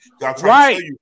Right